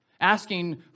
asking